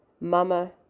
Mama